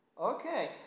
Okay